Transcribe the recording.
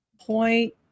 point